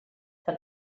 que